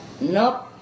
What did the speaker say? Nope